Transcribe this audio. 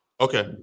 Okay